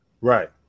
Right